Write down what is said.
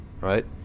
right